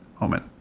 moment